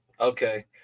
Okay